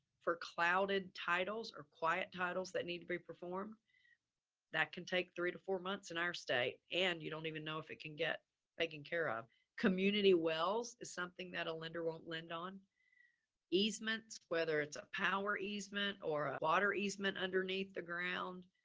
for clouded titles or quiet titles that need to be performed that can take three to four months in our state and you don't even know if it can get taking care of community wells is something that a lender won't lend on easements, whether it's a power easement or a water easement underneath the ground.